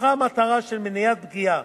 הובטחה המטרה של מניעת פגיעה